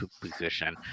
position